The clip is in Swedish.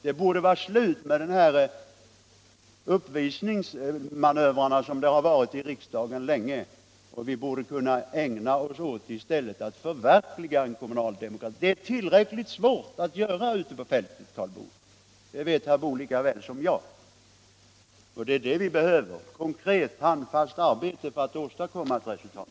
Det borde vara slut med de här uppvisningsmanövrerna som länge förekommit i riksdagen. Vi borde i stället kunna ägna oss åt att förverkliga den kommunala demokratin. Det är tillräckligt svårt ändå att göra det ute på fältet. Det vet herr Boo lika väl som jag. Och vad vi behöver är konkret, handfast arbete för att åstadkomma resultat.